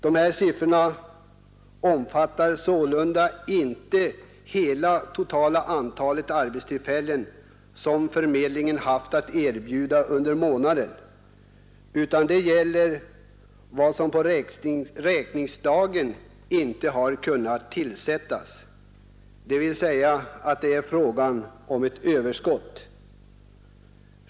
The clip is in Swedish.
Dessa siffror omfattar sålunda inte det totala antalet arbetstillfällen som förmedlingen har haft att erbjuda under månaden utan de gäller vad som på räkningsdagen inte har kunnat tillsättas, dvs. det är fråga om ett överskott.